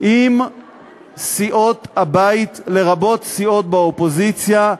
עם סיעות הבית, לרבות סיעות באופוזיציה,